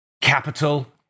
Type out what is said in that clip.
capital